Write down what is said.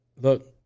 look